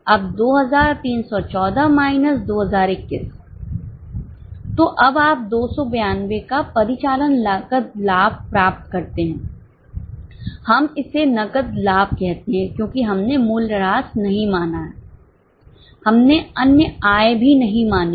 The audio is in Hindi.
अब 2314 माइनस 2021 तो अब आप 292 का परिचालन नकद लाभ प्राप्त करते हैं हम इसे नकद लाभ कहते हैं क्योंकि हमने मूल्यह्रास नहीं माना है हमने अन्य आय भी नहीं मानी है